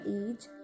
age